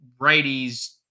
righties